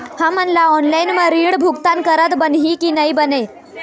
हमन ला ऑनलाइन म ऋण भुगतान करत बनही की नई बने?